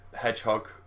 hedgehog